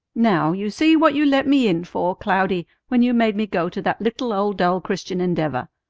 now, you see what you let me in for, cloudy, when you made me go to that little old dull christian endeavor!